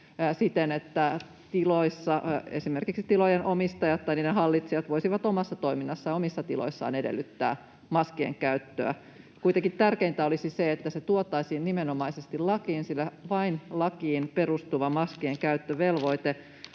siten, että tiloissa esimerkiksi tilojen omistajat tai niiden hallitsijat voisivat omassa toiminnassaan, omissa tiloissaan edellyttää maskien käyttöä. Kuitenkin tärkeintä olisi se, että se tuotaisiin nimenomaisesti lakiin, sillä vain lakiin perustuva maskien käyttövelvoite